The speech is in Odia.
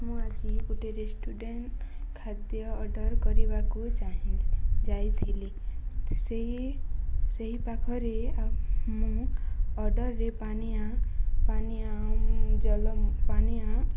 ମୁଁ ଆଜି ଗୋଟେ ରେଷ୍ଟୁରାଣ୍ଟ ଖାଦ୍ୟ ଅର୍ଡ଼ର୍ କରିବାକୁ ଚାହିଁ ଯାଇଥିଲି ସେଇ ସେହି ପାଖରେ ମୁଁ ଅର୍ଡ଼ର୍ରେ ପାନିୟ ପାନିୟା ଜଲ ପାନିୟ